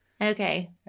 Okay